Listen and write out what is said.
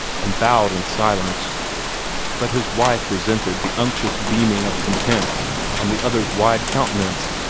and bowed in silence but his wife resented the unctuous beaming of content on the other's wide countenance,